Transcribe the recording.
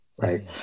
right